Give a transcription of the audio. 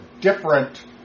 different